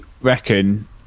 reckon